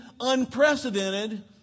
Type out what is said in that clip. unprecedented